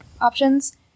options